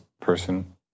person